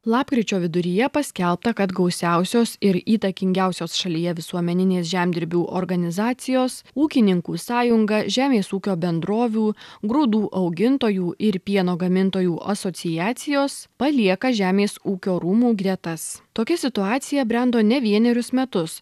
lapkričio viduryje paskelbta kad gausiausios ir įtakingiausios šalyje visuomeninės žemdirbių organizacijos ūkininkų sąjunga žemės ūkio bendrovių grūdų augintojų ir pieno gamintojų asociacijos palieka žemės ūkio rūmų gretas tokia situacija brendo ne vienerius metus